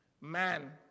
man